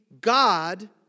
god